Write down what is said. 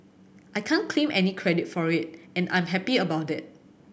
I can't claim any credit for it and I'm happy about that